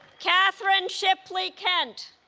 katherine shipley kent